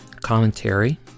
commentary